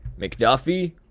McDuffie